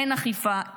אין אכיפה,